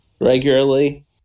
regularly